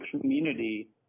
community